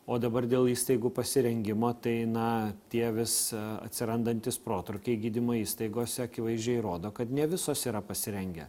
o dabar dėl įstaigų pasirengimo tai na tie vis atsirandantys protrūkiai gydymo įstaigose akivaizdžiai rodo kad ne visos yra pasirengę